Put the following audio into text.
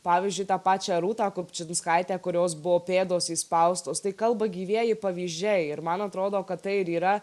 pavyzdžiui tą pačią rūtą kupčinskaitę kurios buvo pėdos įspaustos tai kalba gyvieji pavyzdžiai ir man atrodo kad tai ir yra